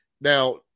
Now